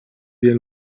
wir